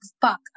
fuck